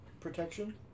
protection